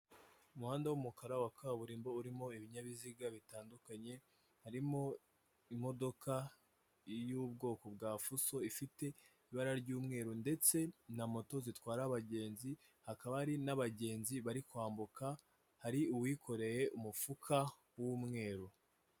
Ni imitako ikorwa n'abanyabugeni, imanitse ku rukuta rw'umukara ubusanzwe ibi byifashishwa mu kubitaka mu mazu, yaba ayo mu ngo ndetse n'ahatangirwamo serivisi.